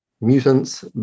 mutants